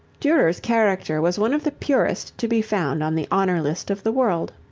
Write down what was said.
durer's character was one of the purest to be found on the honor-list of the world.